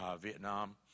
Vietnam